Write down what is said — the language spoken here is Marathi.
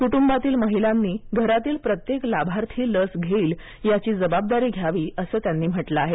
कुटुंबातील महिलांनी घरातील प्रत्येक पात्र लाभार्थी लस घेईल यांची जबाबदारी घ्यावी असं त्यांनी म्हटलं आहे